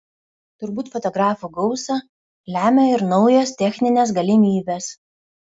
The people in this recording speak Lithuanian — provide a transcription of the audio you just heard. turbūt fotografų gausą lemia ir naujos techninės galimybės